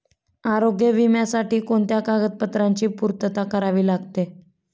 आरोग्य विम्यासाठी कोणत्या कागदपत्रांची पूर्तता करावी लागते?